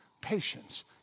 patience